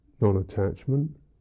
non-attachment